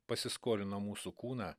pasiskolino mūsų kūną